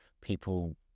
people